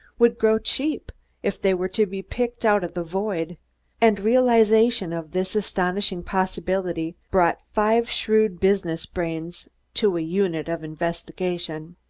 would grow cheap if they were to be picked out of the void and realization of this astonishing possibility brought five shrewd business brains to a unit of investigation.